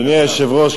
אדוני היושב-ראש,